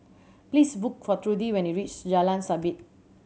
please look for Trudy when you reach Jalan Sabit